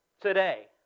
today